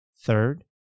Third